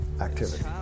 activity